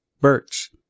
Birch